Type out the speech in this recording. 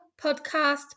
Podcast